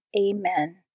Amen